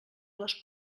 les